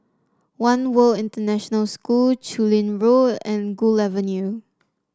One World International School Chu Lin Road and Gul Avenue